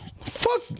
Fuck